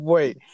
Wait